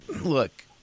look